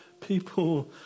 People